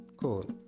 Cool